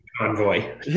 convoy